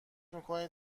میکنید